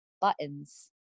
buttons